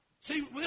See